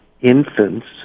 infants